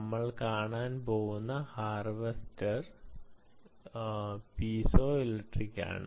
നമ്മൾ കാണാൻ പോകുന്ന ഹാർവെസ്റ്റർ പീസോ ഇലക്ട്രിക് ആണ്